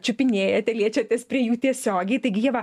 čiupinėjate liečiatės prie jų tiesiogiai taigi ieva